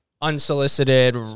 unsolicited